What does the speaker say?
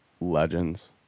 legends